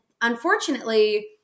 unfortunately